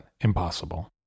impossible